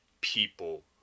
people